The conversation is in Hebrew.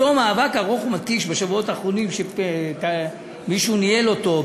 "בתום מאבק ארוך ומתיש בשבועות האחרונים" שמישהו ניהל אותו,